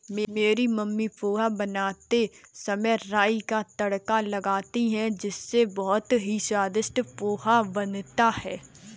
मेरी मम्मी पोहा बनाते समय राई का तड़का लगाती हैं इससे बहुत ही स्वादिष्ट पोहा बनता है